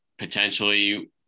potentially